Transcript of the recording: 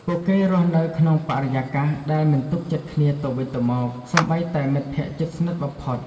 ពួកគេរស់នៅក្នុងបរិយាកាសដែលមិនទុកចិត្តគ្នាទៅវិញទៅមក សូម្បីតែមិត្តភក្តិជិតស្និទ្ធបំផុត។